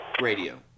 radio